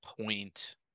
point